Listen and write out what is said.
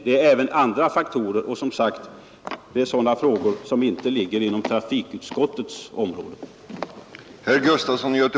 Det finns andra faktorer, och som sagt faktorer som inte ligger inom trafikutskottets område.